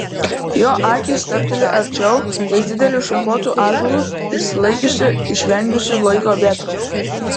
jo akys stabteli arčiau ties dideliu šakotu ąžuolu išsilaikiusiu išvengusiu laiko vėtrų